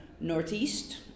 northeast